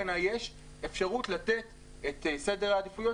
בעיניי יש אפשרות לתת את סדר העדיפויות